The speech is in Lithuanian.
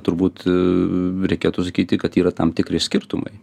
turbūt reikėtų sakyti kad yra tam tikri skirtumai